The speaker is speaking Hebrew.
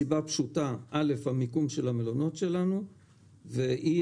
בשל סיבה פשוטה: המיקום של המלונות שלנו ואי